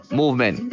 movement